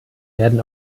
werden